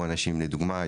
או לדוגמא,